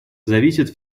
зависят